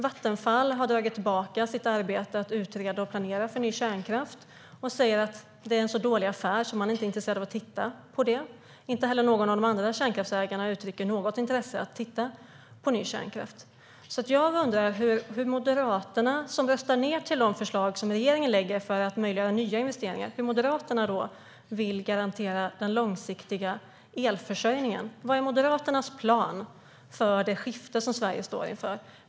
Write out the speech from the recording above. Vattenfall har dragit tillbaka sitt arbete med att utreda och planera för ny kärnkraft. Man säger att det är en sådan dålig affär att man inte är intresserad av att titta på det. Inte heller något av de andra kärnkraftverken har uttryckt intresse för att titta på ny kärnkraft. Hur vill Moderaterna, som röstade nej till regeringens förslag för att möjliggöra nya investeringar, garantera den långsiktiga elförsörjningen? Vad är Moderaternas plan för det skifte som Sverige står inför?